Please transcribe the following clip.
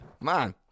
Man